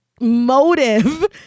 motive